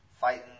fighting